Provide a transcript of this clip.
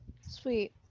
Sweet